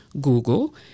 Google